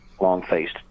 long-faced